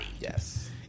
Yes